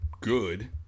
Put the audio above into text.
good